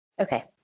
Okay